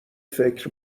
فکر